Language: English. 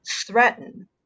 threaten